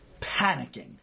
panicking